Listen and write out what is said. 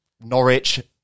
Norwich